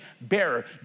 bearer